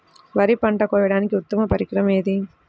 వరి పంట కోయడానికి ఉత్తమ పరికరం ఏది?